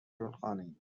گلخانهای